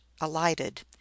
alighted